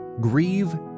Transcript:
Grieve